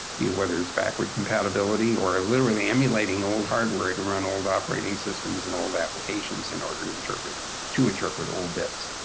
yeah whether it's backward compatibility or literally emulating old hardware to run old operating systems and old applications in order to interpret to interpret old bits.